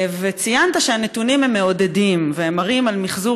ציינת שהנתונים מעודדים ומראים מחזור